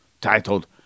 titled